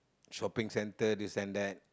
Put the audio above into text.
shopping center this and that